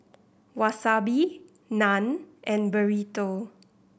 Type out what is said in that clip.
Wasabi Naan and Burrito